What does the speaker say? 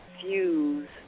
fuse